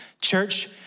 Church